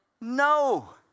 No